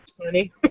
Money